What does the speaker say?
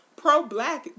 pro-black